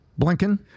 Blinken